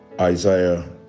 Isaiah